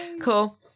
Cool